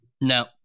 no